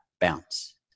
bounce